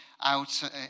out